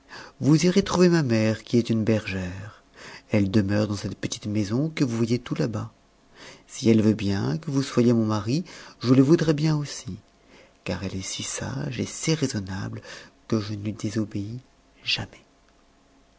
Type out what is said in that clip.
vous irez trouver ma mère qui est une bergère elle demeure dans cette petite maison que vous voyez tout là-bas si elle veut bien que vous soyez mon mari je le voudrai bien aussi car elle est si sage et si raisonnable que je ne lui désobéis jamais